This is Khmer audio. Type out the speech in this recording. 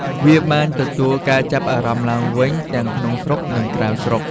វាបានទទួលការចាប់អារម្មណ៍ឡើងវិញ ទាំងក្នុងស្រុក និងក្រៅស្រុក។